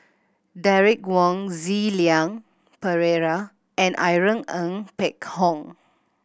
Derek Wong Zi Liang Pereira and Irene Ng Phek Hoong